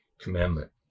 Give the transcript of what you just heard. commandment